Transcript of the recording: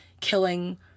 killing